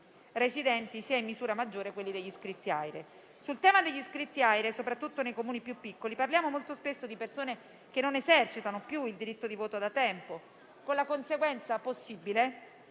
residenti sia, in misura maggiore, gli iscritti all'AIRE. Sul tema degli iscritti all'AIRE, soprattutto nei Comuni più piccoli, parliamo molto spesso di persone che non esercitano più il diritto di voto da tempo, con la conseguenza possibile